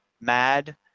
mad